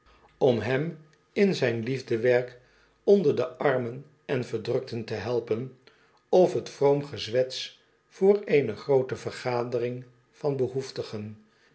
om hem in zijn liefdewerk onder de armen en verdrukten te helpen of t vroom gezwets voor eene groot e vergadering van behoef